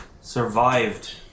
survived